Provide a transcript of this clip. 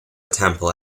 temple